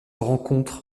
rencontre